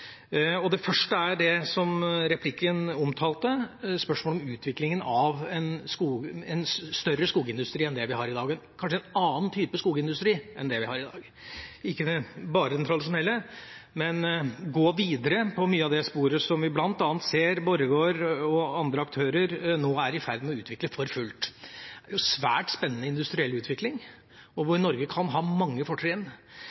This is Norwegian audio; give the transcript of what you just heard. Det første er det som replikken omtalte, spørsmålet om utviklinga av en større, kanskje en annen type, skogindustri enn det vi har i dag – ikke bare den tradisjonelle, men at vi går videre på mye av det sporet som vi bl.a. ser Borregaard og andre aktører nå er i ferd med å utvikle for fullt. Det er en svært spennende industriell utvikling, der Norge kan ha mange fortrinn.